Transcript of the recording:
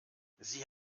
sie